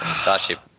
starship